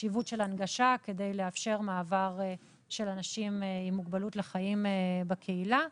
החשיבות של ההנגשה כדי לאפשר מעבר של אנשים עם מוגבלות לחיים בקהילה.